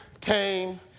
came